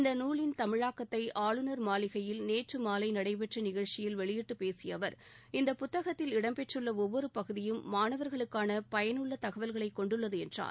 இந்த நூலின் தமிழாக்கத்தை ஆளுநர் மாளிகையில் நேற்று மாலை நடைபெற்ற நிகழ்ச்சியில் வெளியிட்டு பேசிய அவர் இந்த புத்தகத்தில் இடம்பெற்றுள்ள ஒவ்வொரு பகுதியும் மாணவர்களுக்கான பயனுள்ள தகவல்களை கொண்டுள்ளது என்றார்